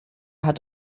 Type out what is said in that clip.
hat